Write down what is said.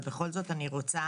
אבל בכל זאת אני רוצה